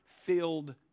filled